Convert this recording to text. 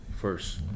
first